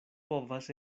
povas